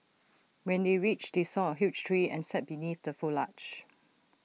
when they reached they saw A huge tree and sat beneath the foliage